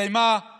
הסתיימה